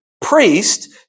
priest